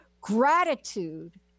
Gratitude